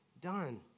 done